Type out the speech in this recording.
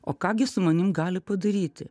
o ką gi su manim gali padaryti